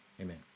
Amen